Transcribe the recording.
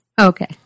Okay